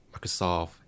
Microsoft